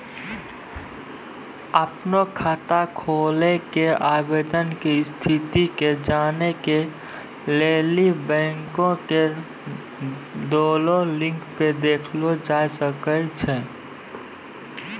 अपनो खाता खोलै के आवेदन के स्थिति के जानै के लेली बैंको के देलो लिंक पे देखलो जाय सकै छै